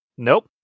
Nope